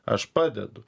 aš padedu